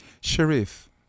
Sharif